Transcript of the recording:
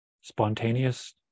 spontaneous